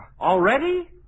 Already